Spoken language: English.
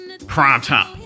Primetime